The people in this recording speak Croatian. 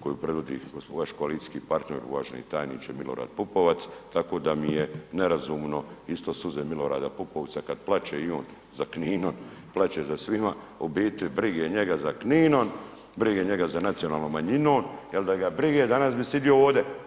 koju predvodi vaš koalicijski partner, uvaženi tajniče, Milorad Pupovac, tako da mi je nerazumno isto suze Milorada Pupovca kad plače i on za Kninom, plače za svima, a u biti brige njega za Kninom, brige njega za nacionalnom manjinom jer da ga brige, danas bi sidio ovde.